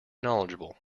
knowledgeable